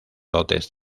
dotes